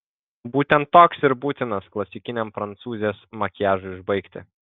būtent toks ir būtinas klasikiniam prancūzės makiažui užbaigti